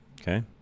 Okay